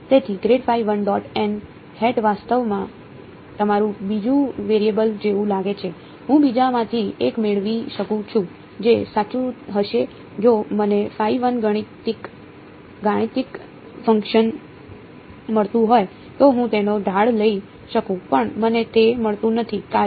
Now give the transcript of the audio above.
તેથી grad phi 1 dot n hat વાસ્તવમાં તમારું બીજું વેરિયેબલ જેવું લાગે છે હું બીજામાંથી એક મેળવી શકું છું જે સાચું હશે જો મને ગાણિતિક ફંક્શન મળતું હોય તો હું તેનો ઢાળ લઈ શકું પણ મને તે મળતું નથી કાર્ય